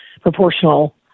proportional